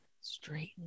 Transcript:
Straighten